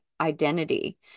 identity